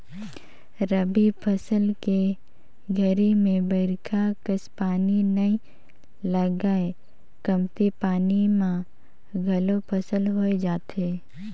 रबी फसल के घरी में बईरखा कस पानी नई लगय कमती पानी म घलोक फसल हो जाथे